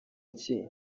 iki